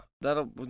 That'll